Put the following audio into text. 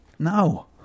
No